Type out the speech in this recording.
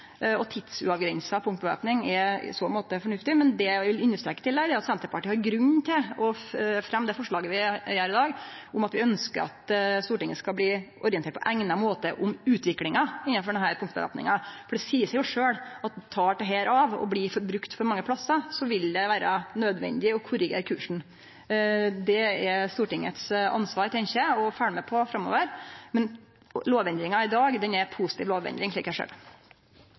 Tidsuavgrensa punktvæpning er i så måte fornuftig. Eg vil understreke i tillegg at Senterpartiet har grunn til å fremje det forslaget vi gjer i dag om at vi ønskjer at Stortinget skal bli orientert på eigna måte om utviklinga av denne punktvæpninga. Det seier seg sjølv at tek dette av og blir brukt på for mange plassar, vil det vere nødvendig å korrigere kursen. Det er det Stortinget sitt ansvar å følgje med på framover. Men lovendringa i dag er ei positiv lovendring, slik eg ser det.